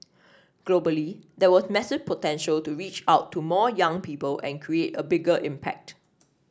globally there was massive potential to reach out to more young people and create a bigger impact